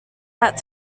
that